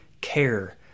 care